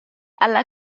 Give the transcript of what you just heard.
alla